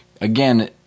again